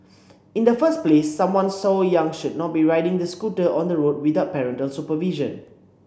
in the first place someone so young should not be riding the scooter on the road without parental supervision